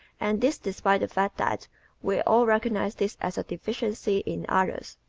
and this despite the fact that we all recognize this as a deficiency in others.